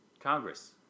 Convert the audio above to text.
Congress